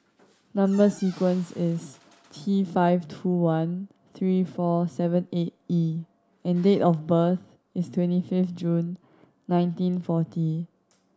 number sequence is T five two one three four seven eight E and date of birth is twenty fifth June nineteen forty